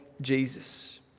Jesus